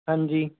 ਹਾਂਜੀ